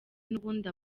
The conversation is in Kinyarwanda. n’ubundi